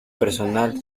personal